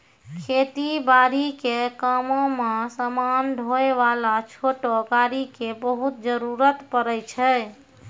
खेती बारी के कामों मॅ समान ढोय वाला छोटो गाड़ी के बहुत जरूरत पड़ै छै